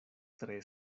tre